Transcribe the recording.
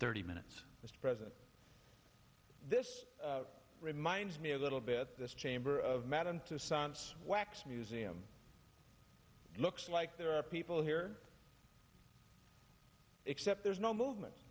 thirty minutes mr president this reminds me a little bit this chamber of madam to science wax museum looks like there are people here except there's no movement